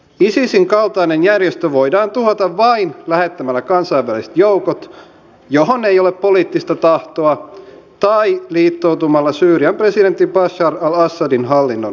isisin kaltainen järjestö voidaan tuhota vain lähettämällä kansainväliset joukot mihin ei ole poliittista tahtoa tai liittoutumalla syyrian presidentti bashar al assadin hallinnon kanssa